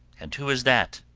and who is that?